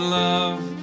love